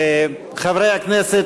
חברי הכנסת,